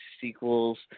sequels